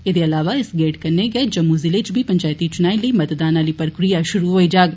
ऐदे अलावा इस गेड कन्नै गै जम्मू जिले च बी पंचैती चुनाए लेई मतदान आली प्रक्रिया शुरु होई जाग